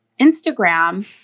Instagram